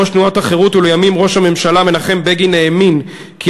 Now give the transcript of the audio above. ראש תנועת החרות ולימים ראש הממשלה מנחם בגין האמין כי